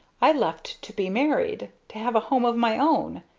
i left to be married to have a home of my own.